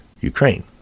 Ukraine